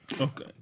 Okay